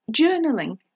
Journaling